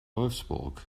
wolfsburg